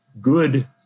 good